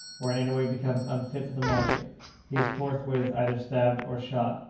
or in any way becomes unfit for the market, he is forthwith either stabbed or shot.